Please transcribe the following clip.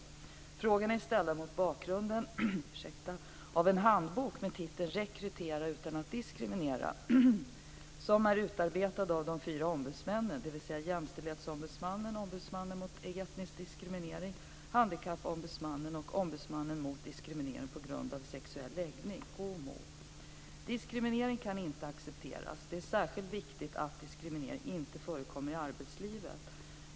Frågorna är ställda mot bakgrund av en handbok med titeln Rekrytera utan att diskriminera som är utarbetad av de fyra ombudsmännen, dvs. Jämställdhetsombudsmannen, Ombudsmannen mot etnisk diskriminering, Handikappombudsmannen och Ombudsmannen mot diskriminering på grund av sexuell läggning, Diskriminering kan inte accepteras. Det är särskilt viktigt att diskriminering inte förekommer i arbetslivet.